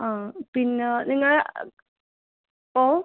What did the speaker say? ആ പിന്നെ നിങ്ങൾ ഓ